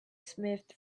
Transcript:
smith